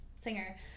singer